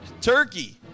turkey